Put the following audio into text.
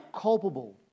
culpable